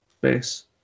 base